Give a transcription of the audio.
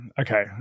okay